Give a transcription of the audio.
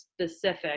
specific